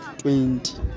twenty